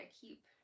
keep